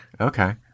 Okay